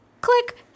click